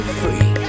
free